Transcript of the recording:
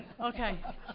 Okay